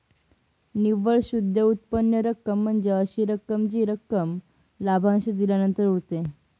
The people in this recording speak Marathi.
निव्वळ शुद्ध उत्पन्न रक्कम म्हणजे अशी रक्कम जी रक्कम लाभांश दिल्यानंतर उरते